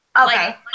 Okay